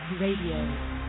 Radio